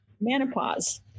menopause